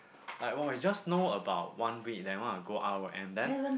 like !wow! we just know about one week then want to go out oh and then